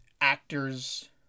actors